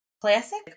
Classic